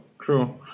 true